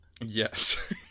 Yes